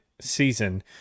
season